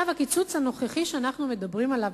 הקיצוץ הנוכחי שאנחנו מדברים עליו,